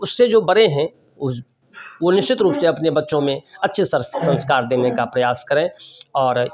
उससे जो बड़े हैं उस वह निश्चित रूप से अपने बच्चो में अच्छे से संस्कार देने का प्रयास करें और